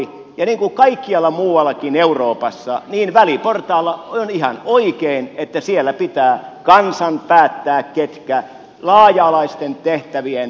ja niin kuin kaikkialla muuallakin euroopassa on ihan oikein että siellä pitää kansan päättää ketkä laaja alaisten tehtävien hoidosta päättävät